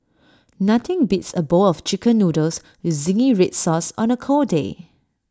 nothing beats A bowl of Chicken Noodles with Zingy Red Sauce on A cold day